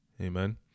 Amen